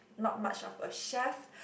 not much of a chef